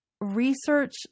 research